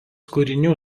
kūrinių